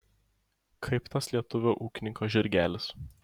kaip tas lietuvio ūkininko žirgelis